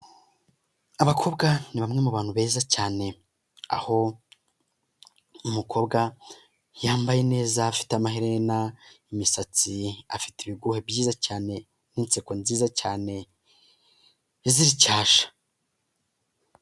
Abakobwa ni bamwe mu bantu beza cyane, aho umukobwa yambaye neza afite amaherena, imisatsi, afite ibigohe byiza cyane n'inseko nziza cyane izira icyasha.